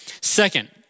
Second